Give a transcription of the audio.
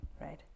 right